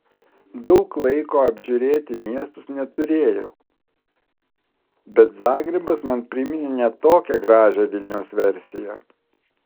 daug laiko apžiūrėti miestus neturėjau bet zagrebas man priminė ne tokią gražią vilniaus versiją